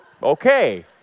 Okay